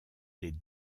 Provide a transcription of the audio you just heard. les